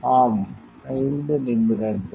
ஆம் 5 நிமிடங்கள்